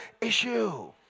issue